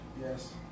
Yes